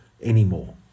anymore